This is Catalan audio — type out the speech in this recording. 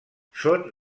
són